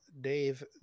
Dave